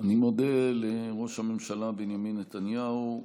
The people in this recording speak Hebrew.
אני מודה לראש הממשלה בנימין נתניהו.